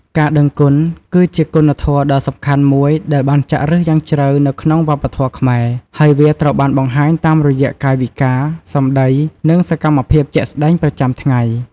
ការដឹងគុណ គឺជាគុណធម៌ដ៏សំខាន់មួយដែលបានចាក់ឫសយ៉ាងជ្រៅនៅក្នុងវប្បធម៌ខ្មែរ ហើយវាត្រូវបានបង្ហាញតាមរយៈកាយវិការ សម្ដី និងសកម្មភាពជាក់ស្ដែងប្រចាំថ្ងៃ។